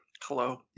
Hello